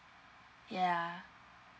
yeah